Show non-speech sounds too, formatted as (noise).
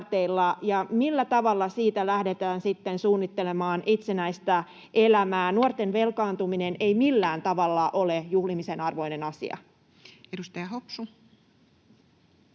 ja millä tavalla siitä lähdetään sitten suunnittelemaan itsenäistä elämää? (noise) Nuorten velkaantuminen ei millään tavalla ole juhlimisen arvoinen asia. [Speech 162]